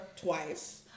twice